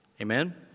Amen